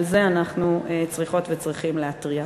על זה אנחנו צריכות וצריכים להתריע.